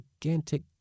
gigantic